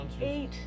eight